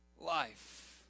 life